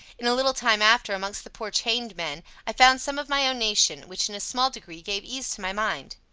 in a little time after, amongst the poor chained men, i found some of my own nation, which in a small degree gave ease to my mind.